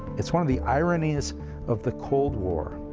it's one of the ironies of the cold war,